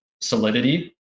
solidity